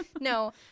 No